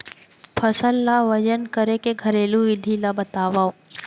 फसल ला वजन करे के घरेलू विधि ला बतावव?